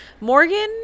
Morgan